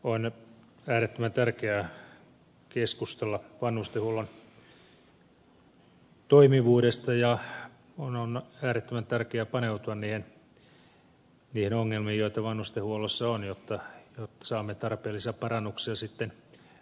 on äärettömän tärkeää keskustella vanhustenhuollon toimivuudesta ja on äärettömän tärkeää paneutua niihin ongelmiin joita vanhustenhuollossa on jotta saamme tarpeellisia parannuksia sitten aikaan